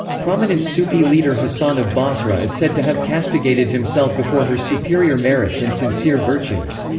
prominent sufi leader hasan of basra is said to have castigated himself before her superior merits and sincere virtues.